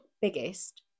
biggest